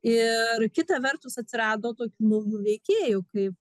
ir kita vertus atsirado tokių naujų veikėjų kaip